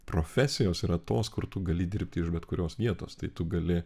profesijos yra tos kur tu gali dirbti iš bet kurios vietos tai tu gali